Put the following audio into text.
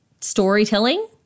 storytelling